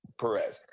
Perez